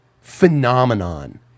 phenomenon